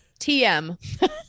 Tm